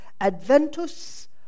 Adventus